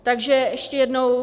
Takže ještě jednou.